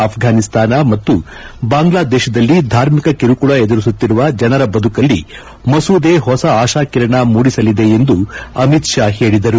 ಆಪ್ಲಾನಿಸ್ತಾನ ಮತ್ತು ಬಾಂಗ್ಲಾದೇಶದಲ್ಲಿ ಧಾರ್ಮಿಕ ಕಿರುಕುಳ ಎದುರಿಸುತ್ತಿರುವ ಜನರ ಬದುಕಲ್ಲಿ ಮಸೂದೆ ಹೊಸ ಆಶಾಕಿರಣ ಮೂಡಿಸಲಿದೆ ಎಂದು ಅಮಿತ್ ಷಾ ಹೇಳಿದರು